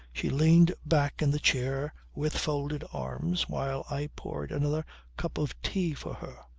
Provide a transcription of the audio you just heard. she leaned back in the chair with folded arms while i poured another cup of tea for her,